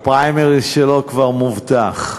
הפריימריז שלו כבר מובטח.